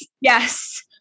Yes